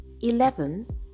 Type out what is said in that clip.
eleven